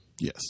yes